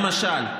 למשל,